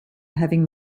having